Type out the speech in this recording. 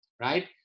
right